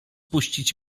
puścić